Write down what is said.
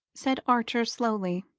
said archer slowly.